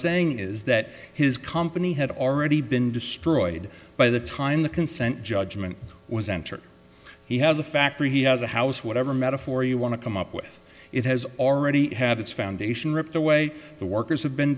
saying is that his company had already been destroyed by the time the consent judgment was entered he has a factory he has a house whatever metaphor you want to come up with it has already had its foundation ripped away the workers have been